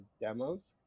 demos